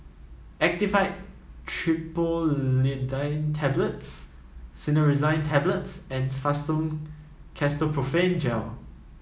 Actifed Triprolidine Tablets Cinnarizine Tablets and Fastum Ketoprofen Gel